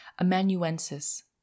Amanuensis